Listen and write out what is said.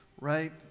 right